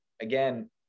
again